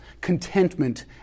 contentment